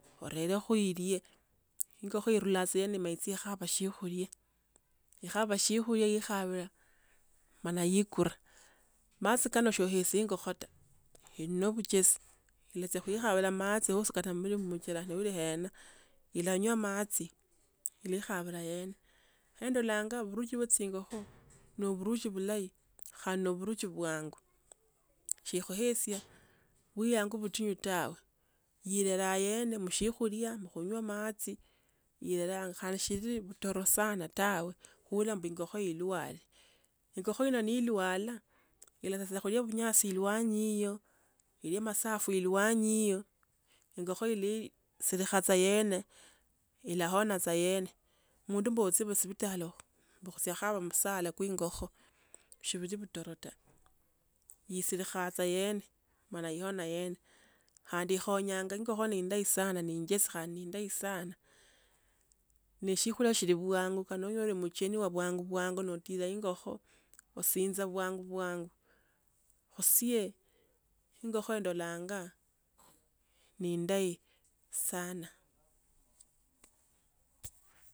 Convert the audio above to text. Orerakha khu erie, ing'okho iruranya tsa yane ne etsia ekhaba shiekhulia. Yakhakhaba shiekhulia ekhabe mana yekura. Amatsi kano so etsia ing'okho ta, Eli no buchesi, elise khuekhabila amatsi oso kata mali msibuchera nebuli khena, ilanyoa matsi, eli khapera yeni. Ee ndolangia burutsi bwe tsing'okho, no burutsi bulahi ,khandi no burutsi bwanga. Si khuhesia, busayangu butinyu tawe. Iyerera yeni mushiokhulia mukhunywa amatsi, iyerera kha sielili itoro sana tawe, khuura mbu ing'okho irware. Ingo'kho ino ilwale, elatsiaka khulia bunyasi elwanyi hiyo, eyo masafu elwanyi hiyo, ingo'kho eli siri khe tsa yene, elahona tsa yene, mundu mbu otsie musibitali, okhutsia khukaba omusala kwa ing'okho, shibuli butoro ta. Ilsilikha tsa yene mara yo na yene. Khandi khonyanga Ingokho ne indai sana ne ichesi khandi neindahi sana. Neshikura chilipwangu khanoleye mcheneyu bwangu bwangu notila ing'okho khutsisinja bwangu bwangu. Osie, ing'okho endolonga nendahi sana.